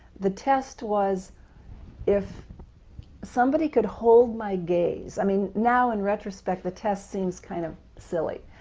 the test was if somebody could hold my gaze i mean now in retrospect, the test seems kind of silly,